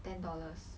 ten dollars